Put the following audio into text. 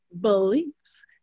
beliefs